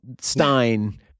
Stein